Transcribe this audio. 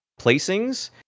placings